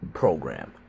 program